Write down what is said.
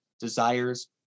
desires